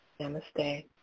Namaste